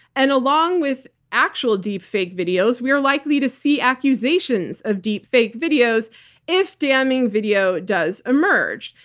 and along with actual deep fake videos, we are likely to see accusations of deep fake videos if damning video does emerge.